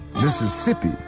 mississippi